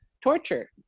torture